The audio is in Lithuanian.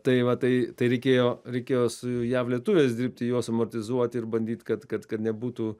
tai va tai tai reikėjo reikėjo su jav lietuviais dirbti juos amortizuoti ir bandyt kad kad kad nebūtų